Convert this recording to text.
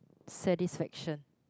satisfaction